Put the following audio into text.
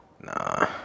Nah